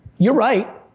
you're right,